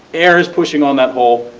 air is pushing on that hole,